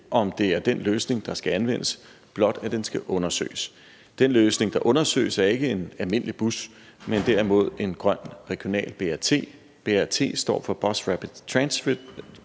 om det er den løsning, der skal anvendes, blot at den skal undersøges. Den løsning, der undersøges, er ikke en almindelig bus, men derimod en grøn regional BRT. BRT står for Bus Rapid Transit,